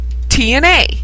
TNA